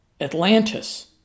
Atlantis